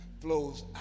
flows